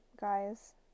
guys